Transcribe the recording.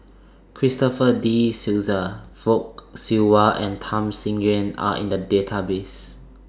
Christopher De Souza Fock Siew Wah and Tham Sien Yen Are in The Database